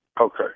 Okay